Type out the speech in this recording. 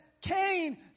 Cain